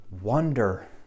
wonder